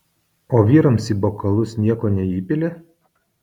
o vyrams į bokalus nieko neįpili